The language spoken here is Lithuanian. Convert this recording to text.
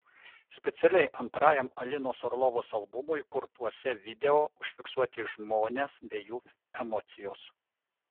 specialiai antrajam alinos orlovos albumui kurtuose video užfiksuoti žmones bei jų emocijos